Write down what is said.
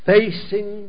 Facing